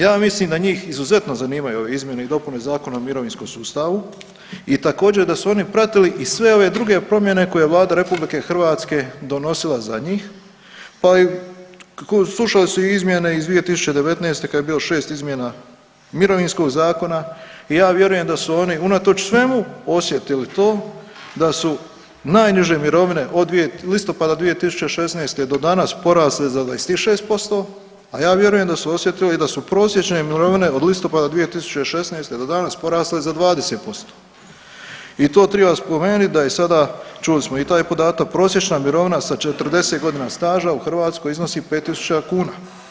Ja mislim da njih izuzetno zanimaju ove izmjene i dopune Zakona o mirovinskom sustavu i također, da su oni pratili i sve ove druge promjene koje je Vlada RH donosila za njih, pa i slušali su izmjene iz 2019. kad je bilo 6 izmjena mirovinskog zakona i ja vjerujem da su oni unatoč svemu osjetili to da su najniže mirovine, od listopada 2016. do danas porasle za 26%, a ja vjerujem i da su osjetili da su prosječne mirovine od listopada 2016. do danas porasle za 20% i to triba spomenit, da je sada, čuli smo i taj podatak, prosječna mirovina sa 40 godina staža u Hrvatskoj iznosi 5000 kuna.